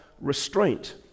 restraint